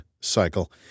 cycle